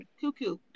cuckoo